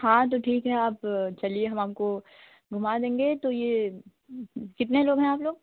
हाँ तो ठीक आप चलिए हम आपको घूमा देंगे तो ये कितना लोग हैं आप लोग